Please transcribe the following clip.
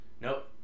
Nope